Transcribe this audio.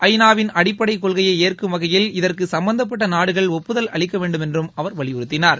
ஐ நா வின் அடிப்படை கொள்கையை ஏற்கும் வகையில் இதற்கு சம்பந்தப்பட்ட நாடுகள் ஒப்புதல் அளிக்க வேண்டுமென்றும் அவர் வலியுறுத்தினார்